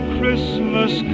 Christmas